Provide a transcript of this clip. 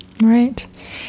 Right